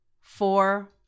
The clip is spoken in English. Four